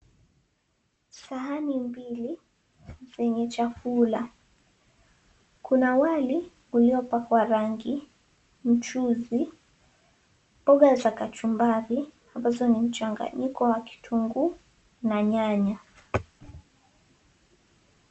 Sahani mbili, zenye chakula. Kuna wali uliopakwa rangi, mchuzi, mboga za kachumbari ambazo ni mchanganyiko wa kitunguu na nyanya.